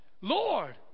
Lord